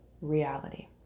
reality